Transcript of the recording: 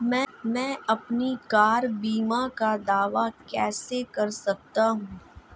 मैं अपनी कार बीमा का दावा कैसे कर सकता हूं?